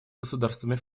государствами